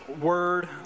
word